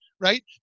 right